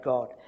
God